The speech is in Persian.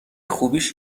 خوبیش